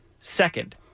Second